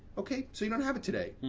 okay, so you don't have it today.